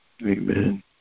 Amen